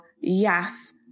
yes